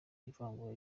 ivangura